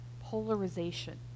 polarization